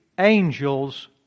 angels